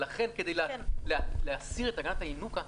ולכן כדי להסדיר את הגנת הינוקא,